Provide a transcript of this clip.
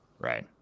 right